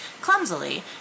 clumsily